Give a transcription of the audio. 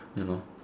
ya lor